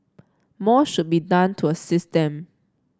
more should be done to assist them